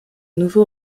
nouveau